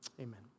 Amen